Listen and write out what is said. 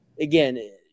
again